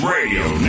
Radio